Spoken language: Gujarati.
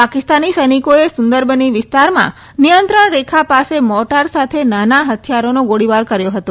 પાકિસ્તાની સૈનિકોએ સુંદરબની વિસ્તારમાં નિયંત્રણ રેખા પાસે મોર્ટાર સાથે નાના હથિયારોનો ગોળીબાર કર્યો હતો